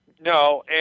No